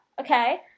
okay